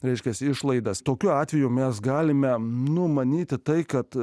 raiškias išlaidas tokiu atveju mes galime numanyti tai kad